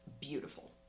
beautiful